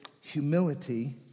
humility